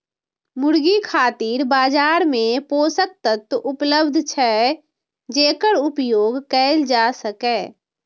मुर्गी खातिर बाजार मे पोषक तत्व उपलब्ध छै, जेकर उपयोग कैल जा सकैए